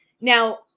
Now